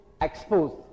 exposed